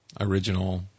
Original